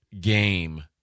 game